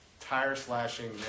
tire-slashing